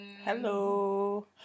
hello